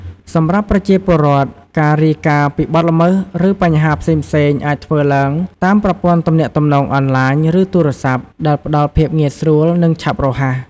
សម្រាប់ប្រជាពលរដ្ឋ ការរាយការណ៍ពីបទល្មើស ឬបញ្ហាផ្សេងៗអាចធ្វើឡើងតាម ប្រព័ន្ធទំនាក់ទំនងអនឡាញ ឬទូរស័ព្ទ ដែលផ្តល់ភាពងាយស្រួល និងឆាប់រហ័ស។